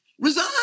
Resign